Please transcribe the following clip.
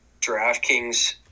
DraftKings